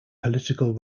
political